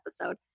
episode